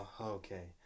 Okay